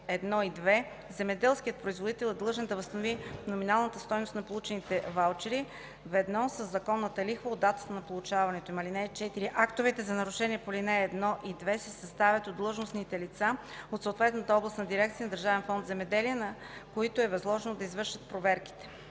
1 и 2 земеделският производител е длъжен да възстанови номиналната стойност на получените ваучери, ведно със законната лихва от датата на получаването им. (4) Актовете за нарушения по ал. 1 и 2 се съставят от длъжностните лица от съответната областна дирекция на Държавен фонд „Земеделие”, на които е възложено да извършват проверките.